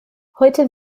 heute